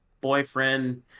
boyfriend